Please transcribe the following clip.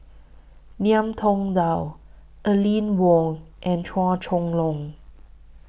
Ngiam Tong Dow Aline Wong and Chua Chong Long